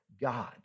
God